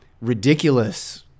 ridiculous